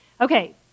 Okay